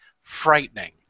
frightening